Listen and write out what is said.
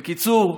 בקיצור,